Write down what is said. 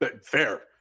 fair